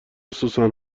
سوسن